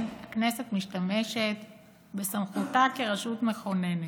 הכנסת משתמשת בסמכותה כרשות מכוננת,